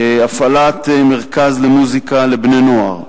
הפעלת מרכז למוזיקה לבני-נוער,